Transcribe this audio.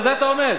על זה אתה עומד?